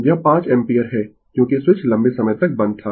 तो यह 5 एम्पीयर है क्योंकि स्विच लंबे समय तक बंद था